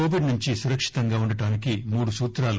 Covid నుంచి సురక్షితంగా ఉండటానికి మూడు సూత్రాలు